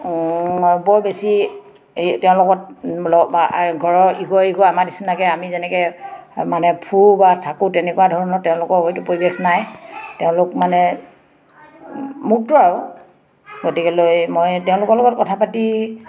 বৰ বেছি তেওঁলোকত ঘৰৰ ইঘৰ ইঘৰ আমাৰ নিচিনাকে আমি যেনেকে মানে বা থাকোঁ তেনেকুৱা ধৰণৰ তেওঁলোকৰ হয়তো পৰিৱেশ নাই তেওঁলোক মানে মুক্ত আৰু গতিকেলৈ মই তেওঁলোকৰ লগত কথা পাতি